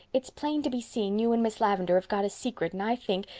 it's plain to be seen you and miss lavendar have got a secret and i think,